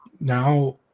now